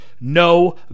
no